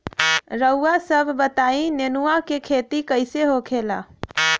रउआ सभ बताई नेनुआ क खेती कईसे होखेला?